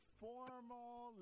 formal